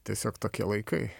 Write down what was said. tiesiog tokie laikai